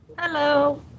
Hello